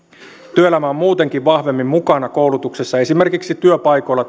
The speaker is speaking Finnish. työelämä on muutenkin vahvemmin mukana koulutuksessa esimerkiksi työpaikoilla